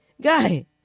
guy